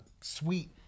sweet